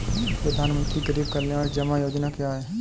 प्रधानमंत्री गरीब कल्याण जमा योजना क्या है?